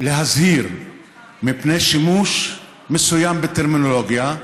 להזהיר מפני שימוש מסוים בטרמינולוגיה,